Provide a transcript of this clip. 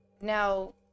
now